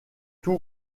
tout